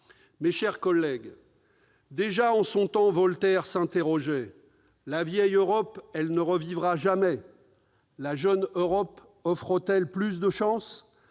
Mes chers collègues, déjà en son temps Voltaire s'interrogeait :« La vieille Europe, elle ne revivra jamais ; la jeune Europe offre-t-elle plus de chances ?